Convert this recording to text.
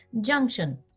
Junction